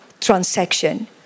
transaction